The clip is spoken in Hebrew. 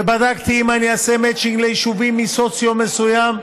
ובדקתי: אם אני אעשה מצ'ינג ליישובים מסוציו מסוים,